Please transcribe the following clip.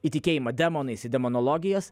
įtikėjimą demonais į demonologijas